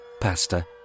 pasta